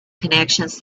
connections